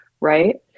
right